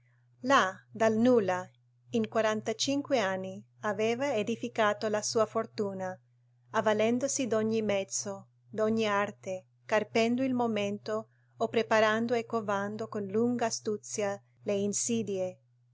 là dal nulla in quarantacinque anni aveva edificato la sua fortuna avvalendosi d'ogni mezzo d'ogni arte carpendo il momento o preparando e covando con lunga astuzia le insidie